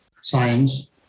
science